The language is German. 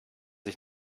ich